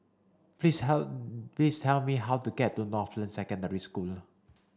please please tell me how to get to Northland Secondary School